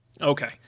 Okay